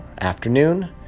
afternoon